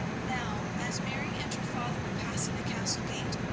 now, as mary and her father were passing the castle gate,